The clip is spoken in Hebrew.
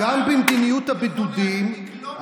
האומיקרון יכול להדביק לא מחוסנים.